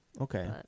okay